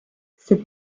cette